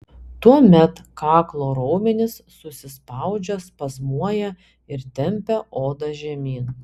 tuomet kaklo raumenys susispaudžia spazmuoja ir tempia odą žemyn